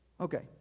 Okay